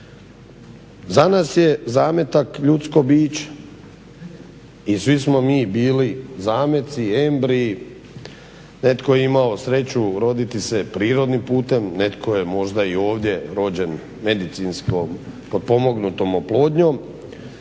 Za nas je zametak ljusko biće i svi smo mi bili zameci, embriji netko je imao sreću roditi se prirodnim putem, netko je i ovdje rođen medicinski pomognutom oplodnjom,